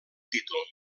títol